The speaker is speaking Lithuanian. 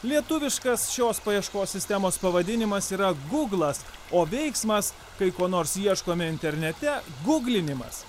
lietuviškas šios paieškos sistemos pavadinimas yra gūglas o veiksmas kai ko nors ieškome internete gūglinimas